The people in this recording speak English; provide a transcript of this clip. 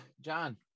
John